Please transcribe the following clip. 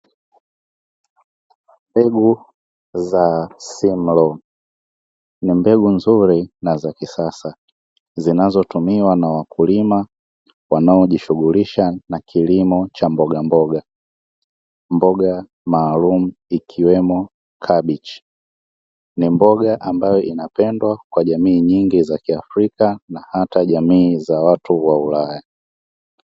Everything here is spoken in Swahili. Mbegu za simlo ni mbegu nzuri na za kisasa zinazotumiwa na wakulima wanaojishughulisha na kilimo cha mbogamboga mboga maalumu ikiwemo kabichi ni mboga ambayo inapendwa kwa jamii nyingi za kiafrika na hata jamii za watu wa ulaya.